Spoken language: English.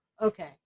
okay